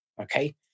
Okay